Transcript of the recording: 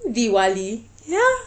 diwali ya